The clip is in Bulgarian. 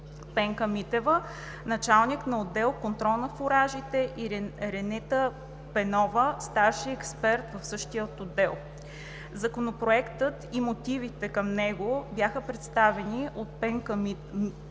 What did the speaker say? Пенка Манева – началник на отдел „Контрол на Фуражите“, и Ренета Пенова – старши експерт в същия отдел. Законопроектът и мотивите към него бяха представени от Пенка Манева,